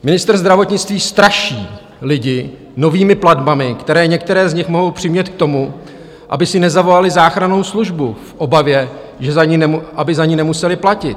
Ministr zdravotnictví straší lidi novými platbami, které některé z nich mohou přimět k tomu, aby si nezavolali záchrannou službu v obavě, aby za ni nemuseli platit.